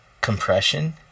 Compression